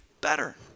better